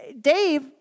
Dave